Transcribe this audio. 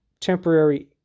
temporary